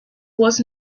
was